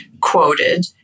quoted